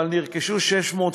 אבל נרכשו 650,